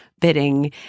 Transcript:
bidding